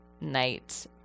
Night